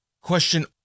question